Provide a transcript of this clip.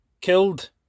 killed